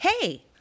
Hey